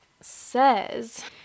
says